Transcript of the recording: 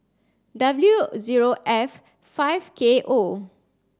W zero F five K O